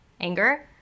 anger